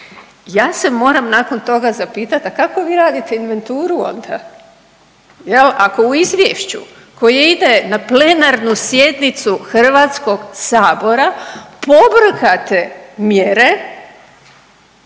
Ja se moram nakon toga zapitati, a kako vi radite inventuru onda jel ako u izvješću koje ide na plenarnu sjednicu Hrvatskog sabora pobrkate mjere,